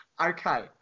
Okay